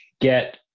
get